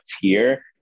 tier